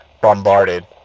bombarded